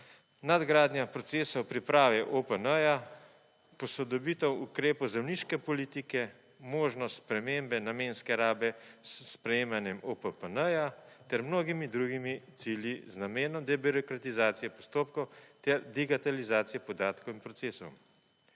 nadgradnja procesov priprave OPN-ja, posodobitev ukrepov zemljiške politike, možnost spremembe namenske rabe s spremljanjem OPPN-ja, ter mnogimi drugimi cilji, z namenom debirokratizacije postopkov, ter digitalizacije podatkov in procesov.